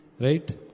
Right